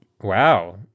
Wow